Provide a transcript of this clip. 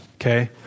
okay